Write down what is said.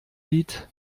lied